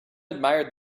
admired